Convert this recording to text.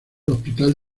hospital